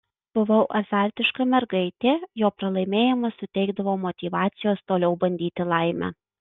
buvau azartiška mergaitė jo pralaimėjimas suteikdavo motyvacijos toliau bandyti laimę